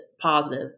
positive